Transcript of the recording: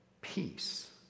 peace